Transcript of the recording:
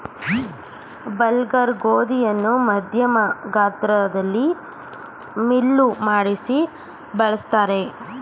bulgur ಗೋಧಿಯನ್ನು ಮಧ್ಯಮ ಗಾತ್ರದಲ್ಲಿ ಮಿಲ್ಲು ಮಾಡಿಸಿ ಬಳ್ಸತ್ತರೆ